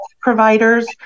providers